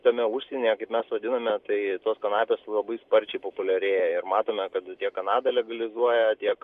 tame užsienyje kaip mes vadiname tai tos kanapės labai sparčiai populiarėja ir matome kad tiek kanada legalizuoja tiek